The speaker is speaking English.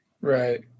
Right